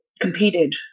competed